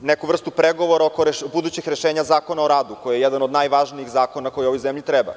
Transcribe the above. neku vrstu pregovora oko budućeg rešenja Zakona o radu koji je jedan od najvažnijih zakona koji ovoj zemlji treba.